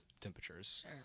temperatures